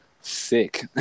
Sick